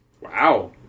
Wow